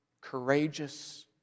courageous